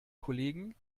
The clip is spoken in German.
kollegen